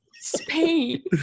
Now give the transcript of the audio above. Spain